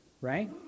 right